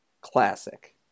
Classic